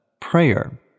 prayer